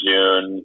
June